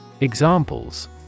Examples